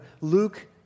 Luke